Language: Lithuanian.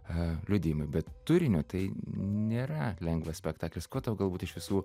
a liudijimai bet turiniu tai nėra lengvas spektaklis kuo tau galbūt iš visų